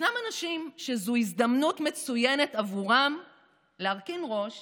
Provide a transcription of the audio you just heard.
וישנם אנשים שזוהי הזדמנות מצוינת עבורם להרכין ראש